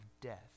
death